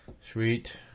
Sweet